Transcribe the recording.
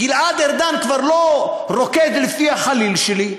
גלעד ארדן כבר לא רוקד לפי החליל שלי,